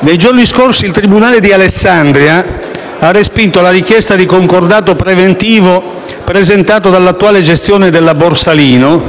nei giorni scorsi il tribunale di Alessandria ha respinto la richiesta di concordato preventivo presentato dall'attuale gestione della Borsalino,